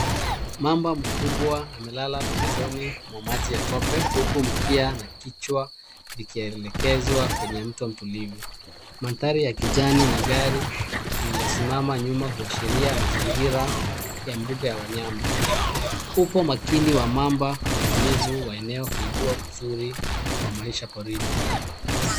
Mamba mkubwa amelala pembezoni mwa maji ya tope huku mkia na kichwa vikielekezwa kwenye mto mtulivu. Mandhari ya kijani na gari lililosimama nyuma huashiria mazingira ya mbuga ya wanyama. Upo makini wa mamba na utulivu wa eneo huibua uzuri kwa maisha porini.